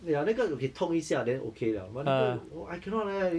ya 那个 okay 痛一下 then okay liao but 那个 !wah! I cannot leh